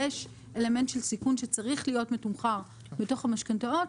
יש אלמנט של סיכון שצריך להיות מתומחר בתוך המשכנתאות.